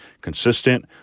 consistent